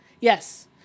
Yes